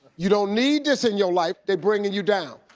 you don't need this in your life. they're bringing you down.